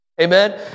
Amen